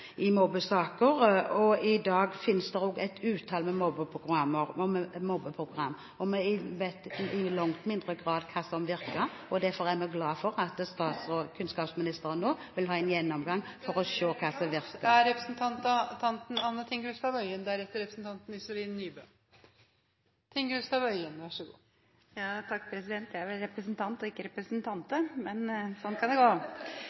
i mobbesaker. I dag finnes det også et utall anti-mobbeprogrammer. Vi vet i langt mindre grad hva som virker, og derfor er vi glad for at kunnskapsministeren vår vil ha en gjennomgang og se hva som virker. Neste taler er representante Anne Tingelstad Wøien. Jeg er vel representant og ikke representante, men sånn kan det gå!